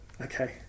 Okay